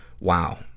Wow